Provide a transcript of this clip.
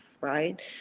right